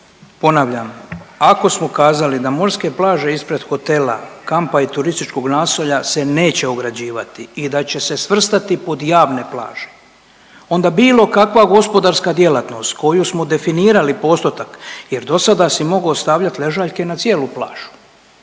Ponavljam, ako smo kazali da morske plaže ispred hotela, kampa i turističkog naselja se neće ograđivati i da će se svrstati pod javne plaže onda bilo kakva gospodarska djelatnost koju smo definirali postotak jer do sada si mogao stavljati ležaljke na cijelu plaže,